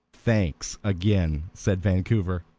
thanks, again, said vancouver.